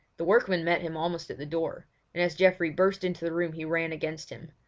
the workman met him almost at the door and as geoffrey burst into the room he ran against him.